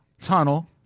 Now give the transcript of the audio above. tunnel